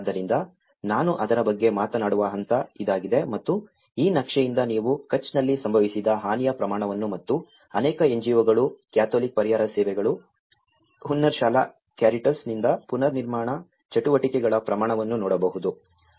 ಆದ್ದರಿಂದ ನಾನು ಅದರ ಬಗ್ಗೆ ಮಾತನಾಡುವ ಹಂತ ಇದಾಗಿದೆ ಮತ್ತು ಈ ನಕ್ಷೆಯಿಂದ ನೀವು ಕಚ್ನಲ್ಲಿ ಸಂಭವಿಸಿದ ಹಾನಿಯ ಪ್ರಮಾಣವನ್ನು ಮತ್ತು ಅನೇಕ ಎನ್ಜಿಒಗಳು ಕ್ಯಾಥೋಲಿಕ್ ಪರಿಹಾರ ಸೇವೆಗಳು ಹುನ್ನಾರಶಾಲಾ ಕ್ಯಾರಿಟಾಸ್ನಿಂದ ಪುನರ್ನಿರ್ಮಾಣ ಚಟುವಟಿಕೆಗಳ ಪ್ರಮಾಣವನ್ನು ನೋಡಬಹುದು